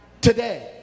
today